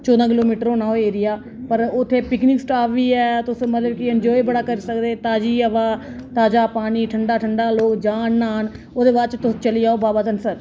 चौदां किलोमीटर होना ओह् एरिया पर उत्थें पिकनिक स्टाप बी ऐ तुस मतलब कि एंजॉय बड़ा करी सकदे ताज़ी हवा ताज़ा पानी ठंडा ठंडा लोक जाना न्हान ओह्दे बाद तुस चली जाओ बाबा धनसर